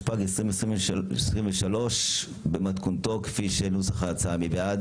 3. מי נגד?